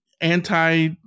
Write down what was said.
anti-